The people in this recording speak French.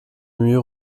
mur